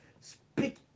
Speak